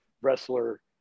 wrestler